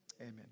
Amen